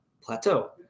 plateau